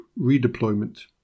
redeployment